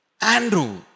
Andrew